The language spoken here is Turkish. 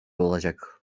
olacak